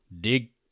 dig